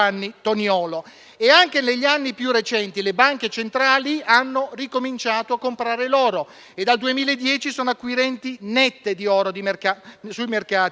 Anche negli anni più recenti, le banche centrali hanno ricominciato a comprare l'oro e dal 2010 sono acquirenti nette di oro sui mercati